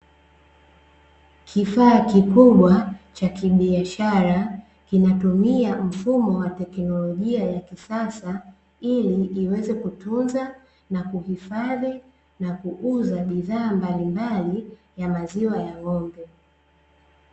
kifaa kikubwa cha kibiashara kinatumia mfumo wa teknolojia ya kisasa, ili iweze kutunza na kuhifadhi na kuuza bidhaa mbalimbali ya maziwa ya ngombe.